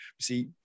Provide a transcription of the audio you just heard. see